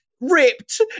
ripped